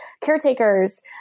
caretakers